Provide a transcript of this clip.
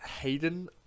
Hayden